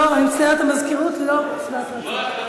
לא, אני מצטערת, המזכירות לא קיבלה את ההצעה.